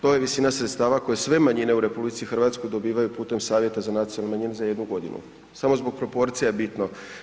To je visina sredstava koje sve manjine u RH dobivaju putem Savjeta za nacionalne manjine za jednu godinu, samo zbog proporcija je bitno.